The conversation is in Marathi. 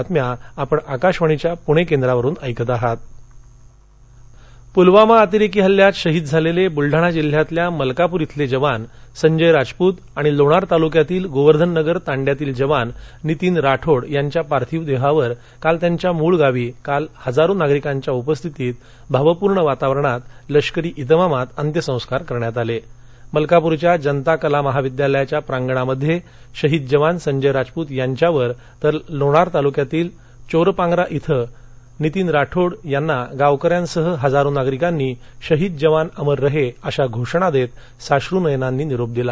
जवान अंत्यसंस्कार पुलवामा अतिरक्री हल्ल्यात शहीद झाललाबुलढाणा जिल्ह्यातल्या मलकापूर इथलाजुवान संजय राजपूत आणि लोणार तालुक्यातील गोवर्धन नगर तांड्यातील जवान नितीन राठोड यांच्या पार्थिव दक्किर काल त्यांच्या मूळ गावी काल हजारो नागरिकांच्या उपस्थितीत भावपूर्ण वातावरणात लष्करी इतमामात अंत्यसंस्कार करण्यात आला अलकापूरच्या जनता कला महाविद्यालयाच्या प्रांगणामध्य शिहिद जवान संजय राजपुत यांच्यावर तर लोणार तालुक्यातील चोरपांग्रा इथं नितिन राठोड यांना गावकऱ्यासह हजारो नागरिकांनी शहीद जवान अमर रहा अशा घोषणा दक्तसाश्रू नयनांनी निरोप दिला